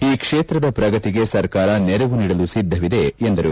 ಈ ಕ್ಷೇತ್ರದ ಪ್ರಗತಿಗೆ ಸರ್ಕಾರ ನೆರವು ನೀಡಲು ಸಿದ್ಧವಿದೆ ಎಂದರು